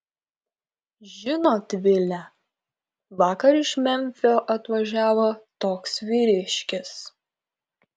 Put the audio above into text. žinot vile vakar iš memfio atvažiavo toks vyriškis